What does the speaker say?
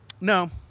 No